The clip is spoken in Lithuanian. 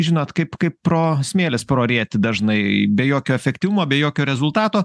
žinot kaip kaip pro smėlis pro rėtį dažnai be jokio efektyvumo be jokio rezultato